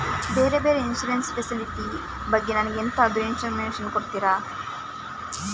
ಬೇರೆ ಬೇರೆ insurance facility ಬಗ್ಗೆ ನನಗೆ ಎಂತಾದ್ರೂ ಇನ್ಫೋರ್ಮೇಷನ್ ಕೊಡ್ತೀರಾ?